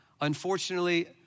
Unfortunately